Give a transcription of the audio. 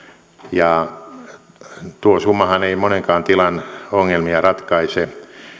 aikana tuo summahan ei monenkaan tilan ongelmia ratkaise